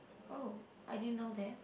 oh I didn't know that